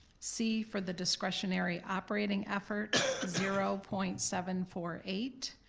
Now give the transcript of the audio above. c, for the discretionary operating effort zero point seven four eight,